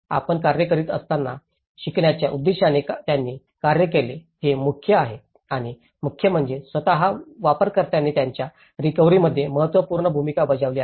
आपण कार्य करीत असताना शिकण्याच्या उद्देशाने त्यांनी कार्य केले हे मुख्य आहे आणि मुख्य म्हणजे स्वतः वापरकर्त्यांनी त्यांच्या रिकव्हरीमध्ये महत्त्वपूर्ण भूमिका बजावली आहे